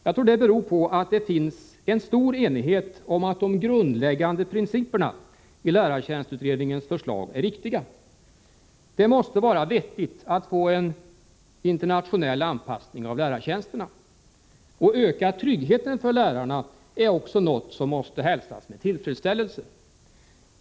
Jag tror det beror på att det finns en stor enighet om att de grundläggande principerna i lärartjänstutredningens förslag är riktiga. Det måste vara vettigt att få en internationell anpassning av lärartjänsterna. Att tryggheten för lärarna ökas är också något som måste hälsas med tillfredsställelse.